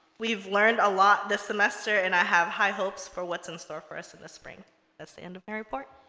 we've learned a lot this semester and i have high hopes for what's in store for us in the spring that's the end of my report